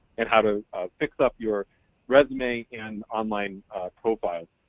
and how to fix up your resume and online profiles.